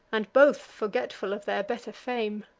and both forgetful of their better fame.